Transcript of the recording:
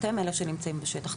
אתם אלה שנמצאים בשטח,